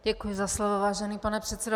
Děkuji za slovo, vážený pane předsedo.